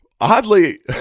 oddly